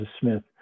Smith